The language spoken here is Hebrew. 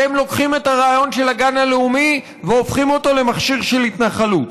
אתם לוקחים את הרעיון של הגן הלאומי והופכים אותו למכשיר של התנחלות.